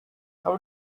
how